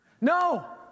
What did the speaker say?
No